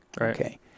okay